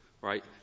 right